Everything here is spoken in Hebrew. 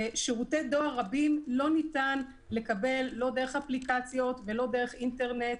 שירותי דואר רבים לא ניתן לקבל לא דרך אפליקציות ולא דרך אינטרנט,